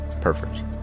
Perfect